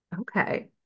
Okay